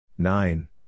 Nine